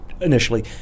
initially